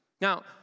Now